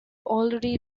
already